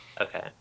Okay